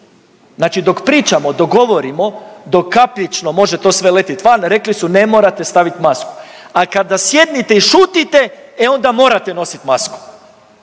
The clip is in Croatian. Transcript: Znači dok pričamo, dok govorimo, dok kapljično može to sve letit van, rekli su ne morate stavit masku, a kada sjednite i šutite e onda morate nosit masku.